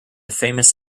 famous